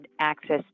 access